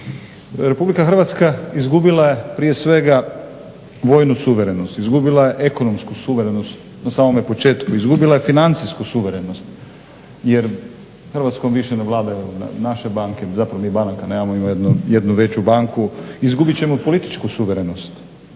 RH. RH izgubila je prije svega vojnu suverenost, izgubila je ekonomsku suverenost na samome početku, izgubila je financijsku suverenost. Jer Hrvatskom više ne vladaju naše banke, zapravo mi banaka nemamo imamo jednu veću banku, izgubit ćemo političku suverenost,